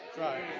right